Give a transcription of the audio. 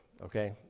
Okay